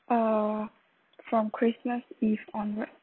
uh from christmas eve onward